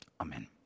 Amen